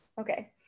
Okay